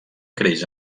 creix